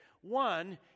One